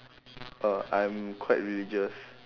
oh I'm quite religious